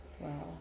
Wow